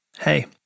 Hey